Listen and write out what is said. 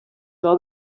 seves